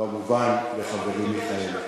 וכמובן לחברי מיכאלי.